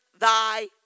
thy